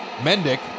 Mendick